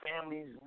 families